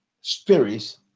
spirits